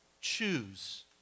choose